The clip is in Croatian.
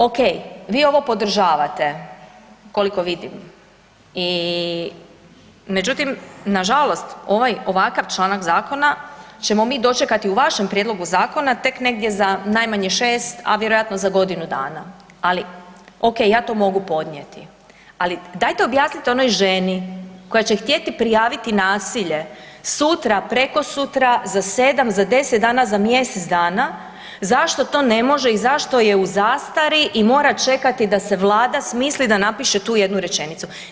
Ok, vi ovo podržavate koliko vidim i međutim nažalost ovaj ovakav članak zakona ćemo mi dočekati u vašem prijedlogu zakona tek negdje za najmanje 6, a vjerojatno za godinu dana, ali ok ja to mogu podnijeti, ali dajte objasnite onoj ženi koja će htjeti prijaviti nasilje sutra, prekosutra, za 7, za 10 dana, za mjesec dana zašto to ne može i zašto je u zastari i mora čekati da se Vlada smisli da napiše tu jednu rečenicu.